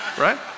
right